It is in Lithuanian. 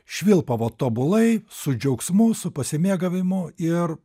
švilpavo tobulai su džiaugsmu su pasimėgavimu ir